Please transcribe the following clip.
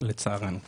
לצערנו כן.